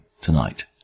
tonight